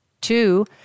Two